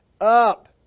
up